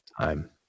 time